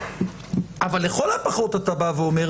אבל לכל הפחות אתה בא ואומר,